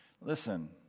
listen